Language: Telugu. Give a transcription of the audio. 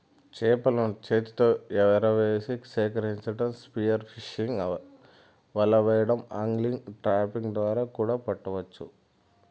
చేపలను చేతితో ఎరవేసి సేకరించటం, స్పియర్ ఫిషింగ్, వల వెయ్యడం, ఆగ్లింగ్, ట్రాపింగ్ ద్వారా కూడా పట్టవచ్చు